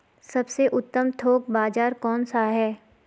सबसे उत्तम थोक बाज़ार कौन सा है?